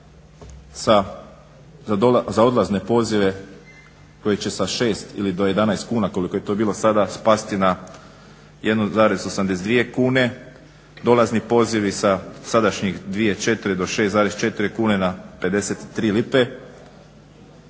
Za odlazne pozive koji će sa 6 ili do 11 kuna koliko je to bilo sada spasti na 1,82 kune, dolazni pozivi sa sadašnjih 2, 4 do 6,4 kune na 53 lipe.